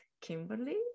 Kimberly